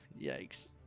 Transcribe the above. Yikes